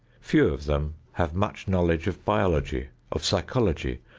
few of them have much knowledge of biology, of psychology,